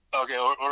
Okay